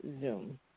Zoom